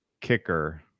kicker